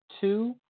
Two